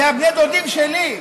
זה בני הדודים שלי,